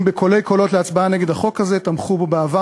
בקולי קולות להצבעה נגד החוק הזה תמכו בו בעבר,